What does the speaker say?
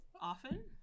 often